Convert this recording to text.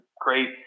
great